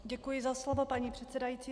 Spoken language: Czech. Děkuji za slovo, paní předsedající.